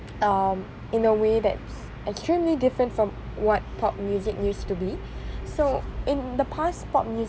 um in a way that's extremely different from what pop music used to be so in the past pop music